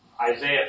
Isaiah